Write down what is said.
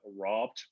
robbed